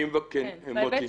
מוטי, בבקשה.